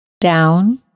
Down